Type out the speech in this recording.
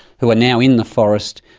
who are now in the forest,